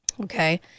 okay